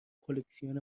کلکسیون